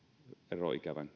eroikävän